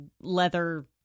leather